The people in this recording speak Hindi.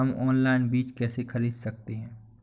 हम ऑनलाइन बीज कैसे खरीद सकते हैं?